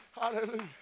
Hallelujah